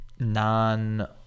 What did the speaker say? non